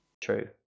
True